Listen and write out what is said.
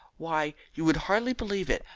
why, you would hardly believe it,